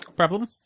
problem